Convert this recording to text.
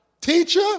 Teacher